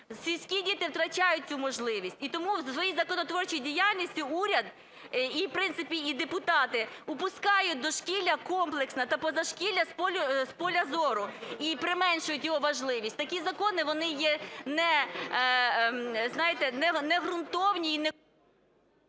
сільські діти втрачають цю можливість. І тому в своїй законотворчій діяльності уряд, в принципі, і депутати упускають дошкілля комплексне та позашкілля з поля зору і применшують його важливість. Такі закони, вони є не, знаєте,